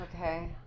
Okay